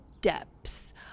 depths